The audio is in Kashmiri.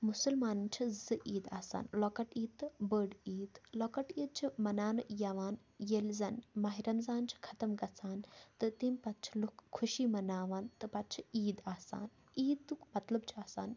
مُسلمانَن چھِ زٕ عیٖد آسان لۄکٕٹۍ عیٖد تہٕ بٔڑ عیٖد لۄکٕٹۍ عیٖد چھِ مَناونہٕ یِوان ییٚلہِ زَن ماہِ رمضان چھِ ختم گژھان تہٕ تَمہِ پَتہٕ چھِ لوٗکھ خوشی مَناوان تہٕ پَتہٕ چھِ عیٖد آسان عیٖدُک مطلب چھُ آسان